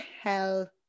hell